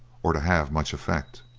or to have much effect.